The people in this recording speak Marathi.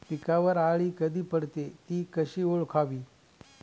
पिकावर अळी कधी पडते, ति कशी ओळखावी?